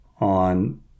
on